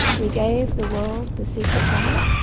we gave the world the secret ballot